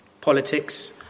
politics